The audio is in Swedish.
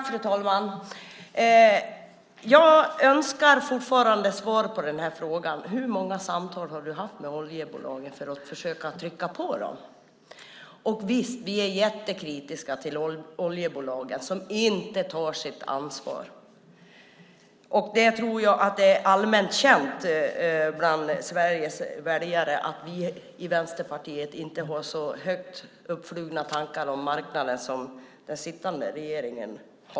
Fru talman! Jag önskar fortfarande få svar på frågan hur många samtal Maud Olofsson haft med oljebolagen för att försöka trycka på dem. Visst, vi är mycket kritiska till oljebolagen som inte tar sitt ansvar. Jag tror att det är allmänt känt bland Sveriges väljare att vi i Vänsterpartiet inte har lika höga tankar om marknaden som den nuvarande regeringen.